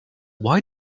why